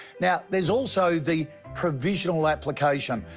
now, there is also the provisional application,